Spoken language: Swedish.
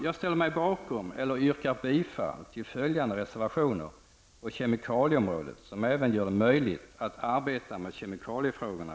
Jag yrkar bifall till reservation 104 och ställer mig bakom reservation 103, 105, 107 och 108, vilka reservationer gör det möjligt att arbeta med kemikaliefrågorna på ett mer effektivt sätt på kommunal nivå.